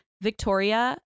Victoria